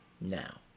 Now